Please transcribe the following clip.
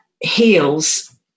heals